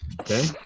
Okay